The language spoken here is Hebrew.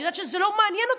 אני יודעת שזה לא מעניין אותו,